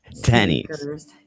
tennies